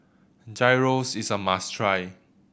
gyros is a must try